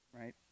Right